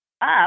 up